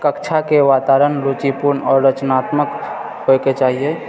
कक्षाके वातावरण रुचिपूर्ण आओर रचनात्मक होइके चाहियै